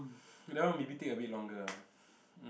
that one maybe take a bit longer ah